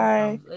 Bye